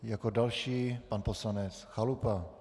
Jako další pan poslanec Chalupa.